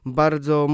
bardzo